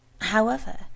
However